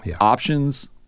options